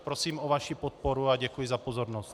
Prosím o vaši podporu a děkuji za pozornost.